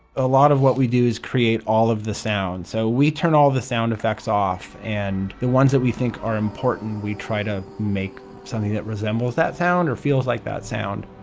a lot of what we do is create all of the sounds, so we turn all the sound effects off, and the ones we think are important we try to make something that resembles that sound or feels like that sound.